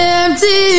empty